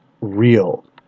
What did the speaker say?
real